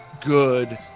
good